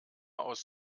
aus